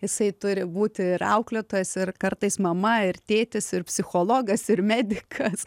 jisai turi būti ir auklėtojas ir kartais mama ir tėtis ir psichologas ir medikas